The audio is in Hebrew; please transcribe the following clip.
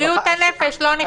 בבקשה, בריאות הנפש לא נכנס.